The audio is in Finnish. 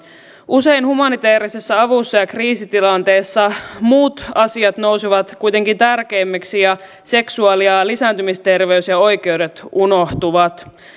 usein humanitäärisessä avussa ja kriisitilanteessa muut asiat nousevat kuitenkin tärkeämmiksi ja seksuaali ja lisääntymisterveys ja oikeudet unohtuvat